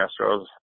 astros